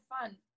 fun